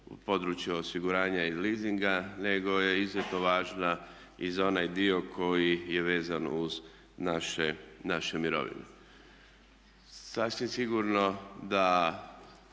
područje osiguranja i leasinga nego je izuzetno važna i za onaj dio koji je vezan uz naše mirovine. Sasvim sigurno da